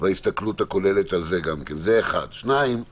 ה-16 בדצמבר